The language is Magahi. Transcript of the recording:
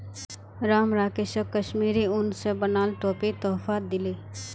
राम राकेशक कश्मीरी उन स बनाल टोपी तोहफात दीले